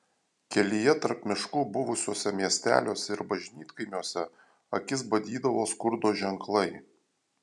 kelyje tarp miškų buvusiuose miesteliuose ir bažnytkaimiuose akis badydavo skurdo ženklai